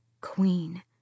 Queen